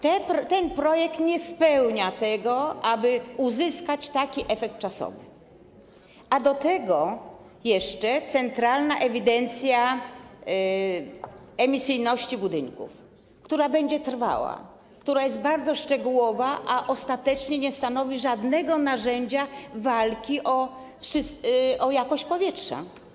Ten projekt tego nie spełnia, jeśli chodzi o to, aby uzyskać taki efekt czasowy, a do tego jeszcze centralna ewidencja emisyjności budynków, która będzie trwała, która jest bardzo szczegółowa, ostatecznie nie stanowi żadnego narzędzia walki o jakość powietrza.